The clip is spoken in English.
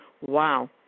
Wow